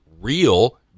real